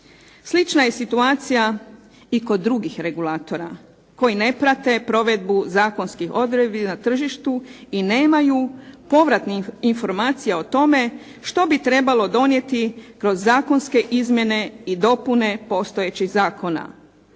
Slična je situacija i kod drugih regulatora koji ne prate provedbu zakonskih odredbi na tržištu i nemaju povratnih informacija o tome što bi trebalo donijeti kroz zakonske izmjene i dopune postojećih zakona,